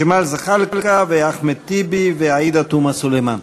ג'מאל זחאלקה, אחמד טיבי ועאידה תומא סלימאן.